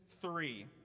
three